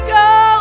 go